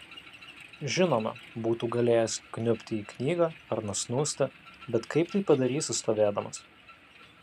žinoma būtų galėjęs įkniubti į knygą ar nusnūsti bet kaip tai padarysi stovėdamas